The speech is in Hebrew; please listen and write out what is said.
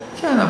כן,